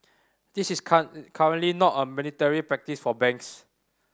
this is currently not a mandatory practice for banks